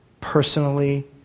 personally